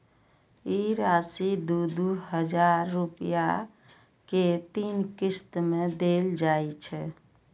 ई राशि दू दू हजार रुपया के तीन किस्त मे देल जाइ छै